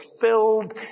fulfilled